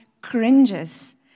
cringes